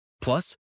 Plus